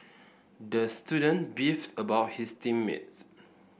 the student beefed about his team mates